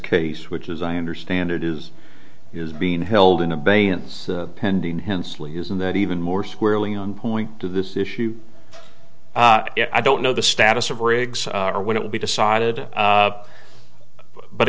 case which as i understand it is is being held in abeyance pending henslee isn't that even more squarely on point to this issue i don't know the status of rigs or when it will be decided